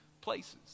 places